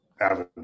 avenue